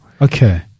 Okay